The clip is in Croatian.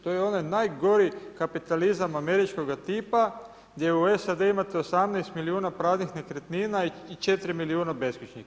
To je onaj najgori kapitalizam američkoga tipa gdje u SAD-u imate 18 milijuna praznih nekretnina i 4 milijuna beskućnika.